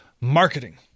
marketing